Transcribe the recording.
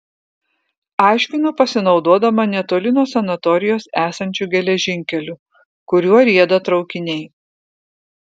aiškinu pasinaudodama netoli nuo sanatorijos esančiu geležinkeliu kuriuo rieda traukiniai